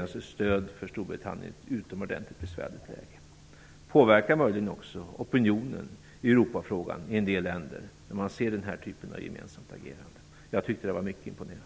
om ett stöd för Storbritannien i ett utomordentligt besvärligt läge. Möjligen påverkar detta också opinionen i Europafrågan i en del länder när man ser den här typen av gemensamt agerande. Jag tycker att det var mycket imponerande.